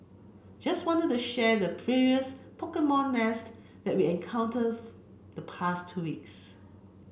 just wanna the share the previous Pokemon nest encountered the past two weeks